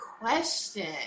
question